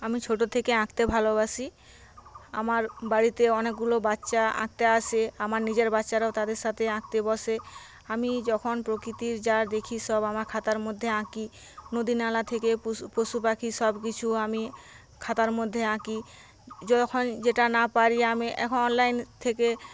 আমি ছোটো থেকে আঁকতে ভালোবাসি আমার বাড়িতে অনেকগুলো বাচ্ছা আঁকতে আসে আমার নিজের বাচ্ছারাও তাদের সাথে আঁকতে বসে আমি যখন প্রকৃতির যা দেখি সব আমার খাতার মধ্যে আঁকি নদী নালা থেকে পশু পাখি সবকিছু আমি খাতার মধ্যে আঁকি যখন যেটা না পারি আমি এখন অনলাইন থেকে